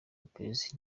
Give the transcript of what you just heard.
lopez